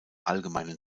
allgemeinen